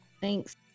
Thanks